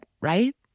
right